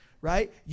right